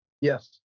Yes